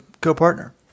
Co-Partner